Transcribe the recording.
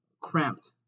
cramped